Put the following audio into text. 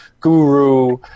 Guru